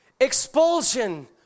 Expulsion